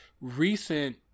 recent